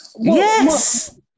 Yes